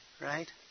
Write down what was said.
Right